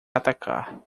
atacar